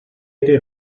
ydy